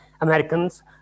Americans